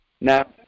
now